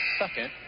second